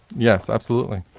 yes, absolutely.